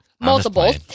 Multiple